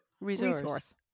resource